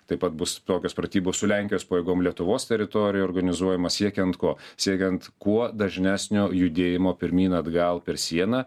taip pat bus tokios pratybos su lenkijos pajėgom lietuvos teritorijoj organizuojamas siekiant ko siekiant kuo dažnesnio judėjimo pirmyn atgal per sieną